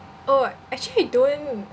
orh actually don't